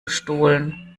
gestohlen